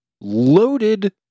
loaded